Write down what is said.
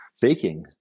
baking